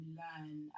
learn